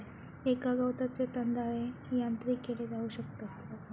एका गवताचे दंताळे यांत्रिक केले जाऊ शकतत